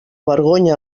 vergonya